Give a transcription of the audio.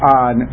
on